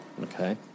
Okay